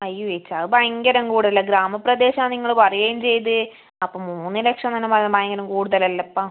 അയ്യോ ചേച്ചി അത് ഭയങ്കരം കൂടുതലാണ് ഗ്രാമപ്രദേശാണ് നിങ്ങൾ പറയുകയും ചെയ്തു അപ്പോൾ മൂന്ന് ലക്ഷം എന്നെല്ലാം പറയുമ്പം അത് ഭയങ്കരം കൂടുതൽ അല്ലപ്പാ